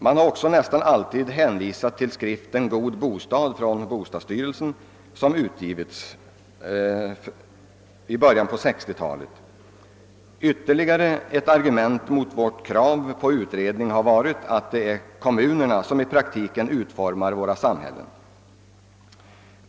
Man har också nästan alltid hänvisat till bostadsstyrelsens skrift Vår bostad, som utgavs i början av 1960-talet. Ytterligare ett argument mot centerpartiets krav på utredning har varit att det är kommunerna som i praktiken utformar våra samhällen.